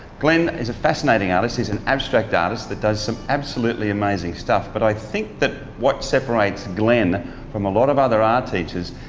glenn is a fascinating artist, he's an abstract artist that does some absolutely amazing stuff. but i think that what separates glenn from a lot of other art teaches,